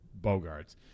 Bogarts